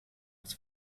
das